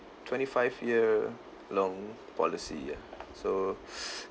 twenty five year long policy ya so